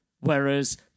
Whereas